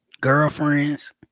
girlfriends